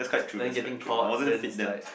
then getting caught then is like